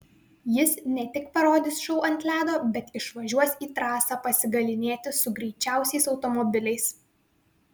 jis ne tik parodys šou ant ledo bet išvažiuos į trasą pasigalynėti su greičiausiais automobiliais